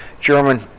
German